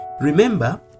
Remember